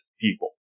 people